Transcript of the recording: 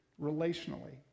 relationally